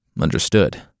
Understood